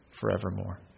forevermore